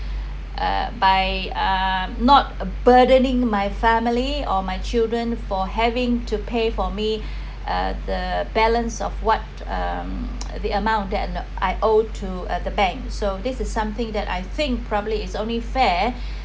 uh by uh not a burdening my family or my children for having to pay for me uh the balance of what um the amount that I owe to the bank so this is something that I think probably is only fair